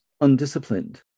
undisciplined